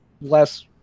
less